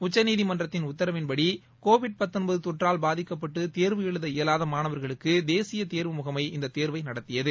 உச்சநீதிமன்றத்தின் உத்தரவின்படி கோவிட் தொற்றால் பாதிக்கப்பட்டு தேர்வு எழுத இயலாத மாணவர்களுக்கு தேசிய தேர்வு முகமை இந்தத் தேர்வை நடத்தியது